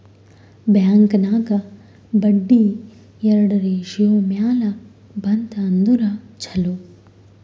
bank ನಾಗ್ ಬಡ್ಡಿ ಎರಡು ratio ಮ್ಯಾಲ ಬಂತ್ ಅಂದುರ್ ಛಲೋ